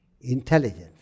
intelligence